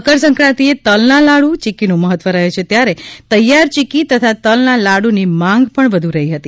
મકરસંક્રાંતિએ તલના લાડુ ચીકીનું મહત્વ રહે છે ત્યારે તૈયાર ચીકી તથા તલના લાડુની માંગ પણ વધુ રહી હતી